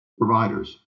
providers